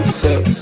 sex